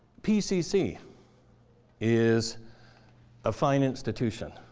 pcc is a fine institution.